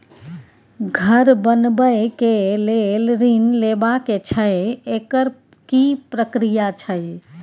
घर बनबै के लेल ऋण लेबा के छै एकर की प्रक्रिया छै?